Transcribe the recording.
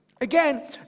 Again